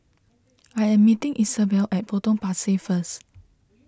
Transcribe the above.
I am meeting Isabell at Potong Pasir first